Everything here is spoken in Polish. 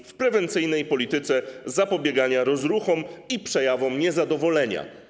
Służyły prewencyjnej polityce zapobiegania rozruchom i przejawom niezadowolenia.